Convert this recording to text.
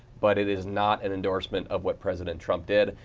but it is not an endorsement of what president trump did.